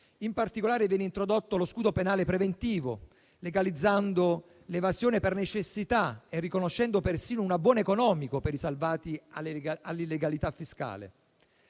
In particolare, viene introdotto lo scudo penale preventivo, legalizzando l'evasione per necessità e riconoscendo persino un abbuono economico per i salvati all'illegalità fiscale.